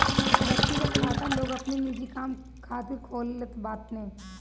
व्यक्तिगत खाता लोग अपनी निजी काम खातिर खोलत बाने